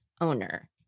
owner